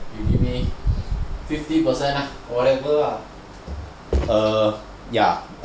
you give me fifty percent whatever lah